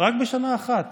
רק בשנה אחת